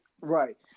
Right